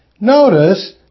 Notice